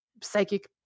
psychic